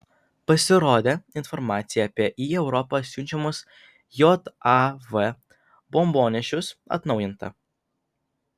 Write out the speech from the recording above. pasirodė informacija apie į europą siunčiamus jav bombonešius atnaujinta